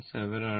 7 ആണ്